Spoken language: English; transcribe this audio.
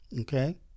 Okay